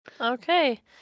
Okay